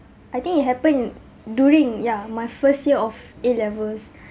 I think it happened in during ya my first year of a levels